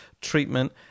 treatment